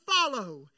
follow